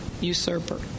usurper